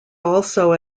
also